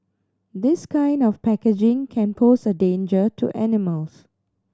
this kind of packaging can pose a danger to animals